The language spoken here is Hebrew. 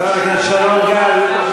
חבר הכנסת שרון גל,